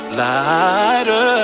lighter